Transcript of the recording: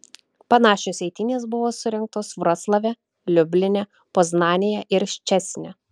panašios eitynės buvo surengtos vroclave liubline poznanėje ir ščecine